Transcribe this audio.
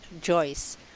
Joyce